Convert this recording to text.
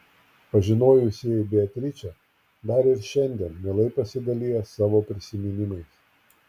pažinojusieji beatričę dar ir šiandien mielai pasidalija savo prisiminimais